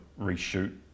reshoot